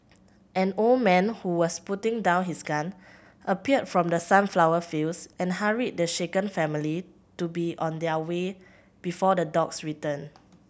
an old man who was putting down his gun appeared from the sunflower fields and hurried the shaken family to be on their way before the dogs return